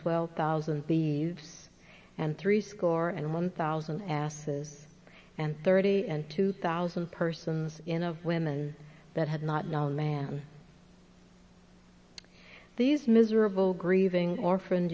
twelve thousand bees and threescore and one thousand asses and thirty and two thousand persons in of women that had not known man these miserable grieving or